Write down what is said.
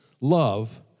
love